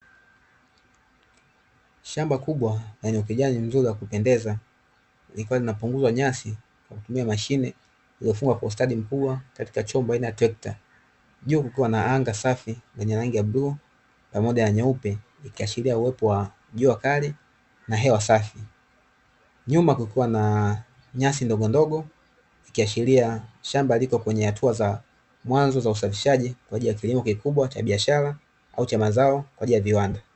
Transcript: Shamba kubwa lenye ukijani mzuri wa kupendeza, likiwa linapunguzwa nyasi kwa kutumia mashine iliyofungwa kwa ustadi mkubwa katika chombo aina ya trekta. Juu kukiwa na anga safi lenye rangi ya bluu, pamoja na nyeupe, ikiashiria uwepo wa jua kali na hewa safi. Nyuma kukiwa na nyasi ndogondogo ikiashiria shamba lipo kwenye hatua za mwanzo za usafishaji kwa ajili ya kilimo kikubwa cha biashara au cha mazao kwa ajili ya viwanda.